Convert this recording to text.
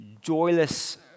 joyless